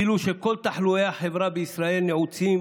כאילו שכל תחלואי החברה בישראל נעוצים